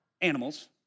animals